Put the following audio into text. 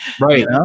Right